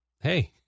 hey